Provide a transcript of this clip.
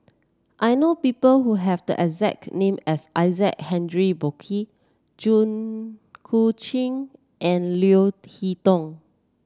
I know people who have the exact name as Isaac Henry Burkill Jit Koon Ch'ng and Leo Hee Tong